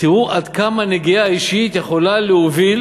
תראו עד כמה נגיעה אישית יכולה להוביל